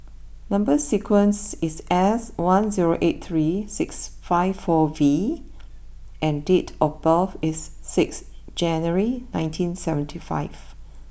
number sequence is S one zero eight three six five four V and date of birth is six January nineteen seventy five